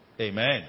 Amen